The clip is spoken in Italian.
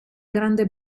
grande